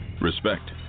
Respect